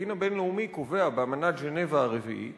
הדין הבין-לאומי קובע באמנת ז'נבה הרביעית